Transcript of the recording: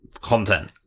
content